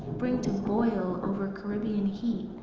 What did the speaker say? bring to boil over caribbean heat.